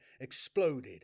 exploded